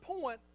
point